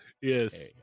Yes